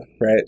right